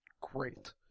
great